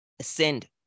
ascend